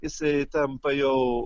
jisai tampa jau